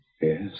Yes